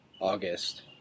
August